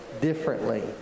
differently